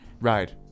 Right